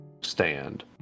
stand